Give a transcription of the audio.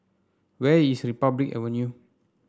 where is Republic Avenue